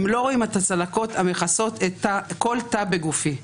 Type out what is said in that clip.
הם לא רואים את הצלקות המכסות כל תא בגופי,